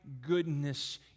goodness